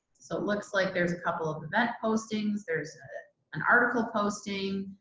so it looks like there's a couple of event postings, there's an article posting,